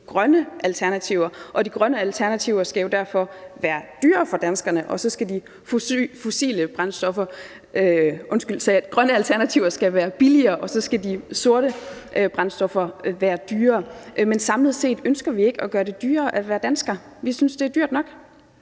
de grønne alternativer – og de grønne alternativer skal jo derfor være billigere, og så skal de sorte brændstoffer være dyrere. Men samlet set ønsker vi ikke at gøre det dyrere at være dansker; vi synes, det er dyrt nok.